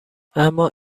اما